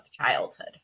childhood